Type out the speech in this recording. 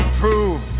prove